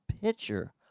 pitcher